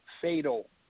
fatal